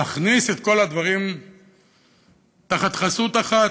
להכניס את כל הדברים תחת חסות אחת,